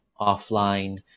offline